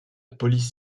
police